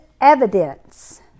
evidence